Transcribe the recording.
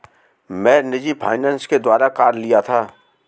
मैं निजी फ़ाइनेंस के द्वारा कार लिया था